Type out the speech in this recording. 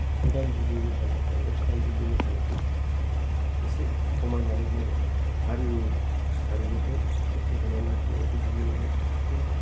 मदार्न जुगनि मोसानाय बा वेस्तार्न जुगनि मोसानायखौ एसे खमायनानैब्लाबो हारिनि हारिमुखौ इसे फोथांनानै लाखिनायाव इसे बिहोमा होबा साबसिन